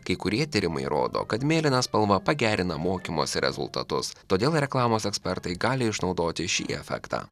kai kurie tyrimai rodo kad mėlyna spalva pagerina mokymosi rezultatus todėl reklamos ekspertai gali išnaudoti šį efektą